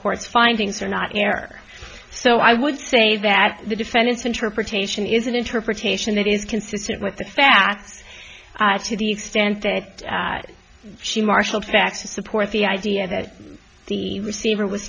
court's findings are not in error so i would say that the defendant's interpretation is an interpretation that is consistent with the facts to the extent that she marshaled facts to support the idea that the receiver was